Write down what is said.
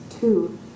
two